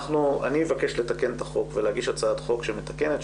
אני אבקש לתקן את החוק ולהגיש הצעת חוק שמתקנת,